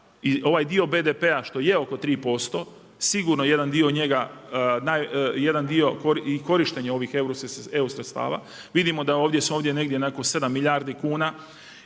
ovaj dio BDP-a što je oko 3% sigurno jedan dio njega, jedan dio i korištenje ovih EU sredstava. Vidimo da ovdje, …/Govornik